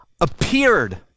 appeared